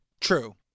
True